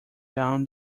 down